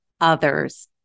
others